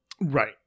Right